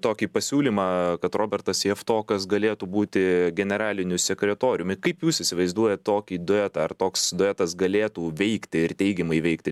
tokį pasiūlymą kad robertas javtokas galėtų būti generaliniu sekretoriumi kaip jūs įsivaizduojat tokį duetą ar toks duetas galėtų veikti ir teigiamai veikti